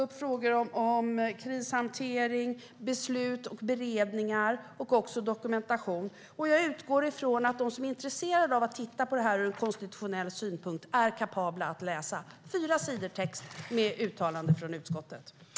Frågor om krishantering, beslut, beredningar och dokumentation tas upp. Jag utgår från att de som är intresserade av att titta på detta ur konstitutionell synpunkt är kapabla att läsa fyra sidor text med uttalanden från utskottet.